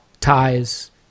ties